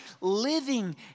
living